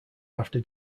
after